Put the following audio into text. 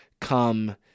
come